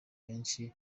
benshi